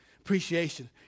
Appreciation